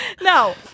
no